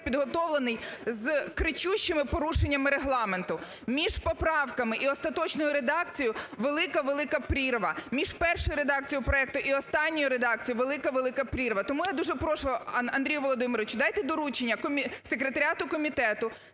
підготовлений з кричущими порушеннями регламенту, між поправками і остаточною редакцією велика-велика прірва, між першою редакцією проекту і останньою редакцією велика-велика прірва. Тому я дуже прошу, Андрію Володимировичу, дайте доручення секретаріату комітету